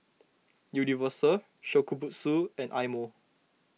Universal Shokubutsu and Eye Mo